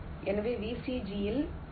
எனவே VCG யிலும் சுழற்சிகள் இருக்கலாம்